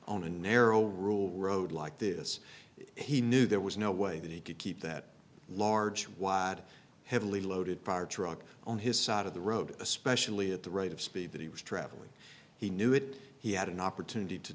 on a narrow rule road like this he knew there was no way that he could keep that large woud heavily loaded prior truck on his side of the road especially at the rate of speed that he was traveling he knew it he had an opportunity to